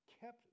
kept